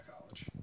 college